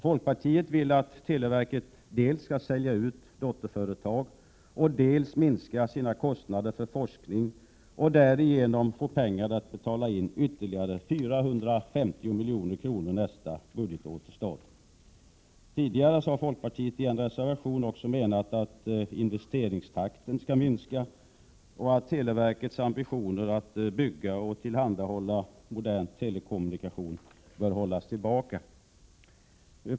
Folkpartiet vill att televerket dels skall sälja ut sina dotterföretag, dels minska sina kostnader för forskning för att därigenom få pengar till att betala in ytterligare 450 milj.kr. till staten nästa budgetår. Folkpartiet har tidigare i en reservation också menat att investeringstakten skall minska och att televerkets ambitioner att bygga upp och tillhandahålla modern telekommunikation bör hållas tillbaka.